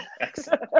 Excellent